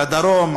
ולדרום,